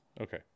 Okay